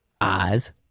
Eyes